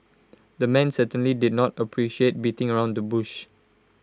the man certainly did not appreciate beating around the bush